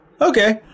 Okay